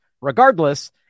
Regardless